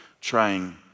trying